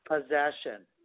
possession